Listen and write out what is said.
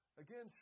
Again